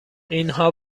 اینها